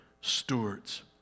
stewards